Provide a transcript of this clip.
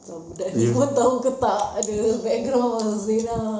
ah budak ini pun tahu ke tak the background of zina